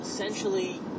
essentially